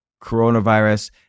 coronavirus